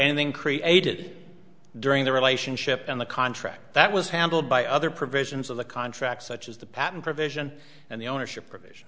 created during the relationship and the contract that was handled by other provisions of the contract such as the patent provision and the ownership pr